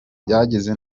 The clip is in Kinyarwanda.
byageze